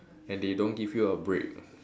and they don't give you a break